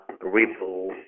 Ripple